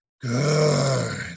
Good